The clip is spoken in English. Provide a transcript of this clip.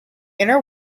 inner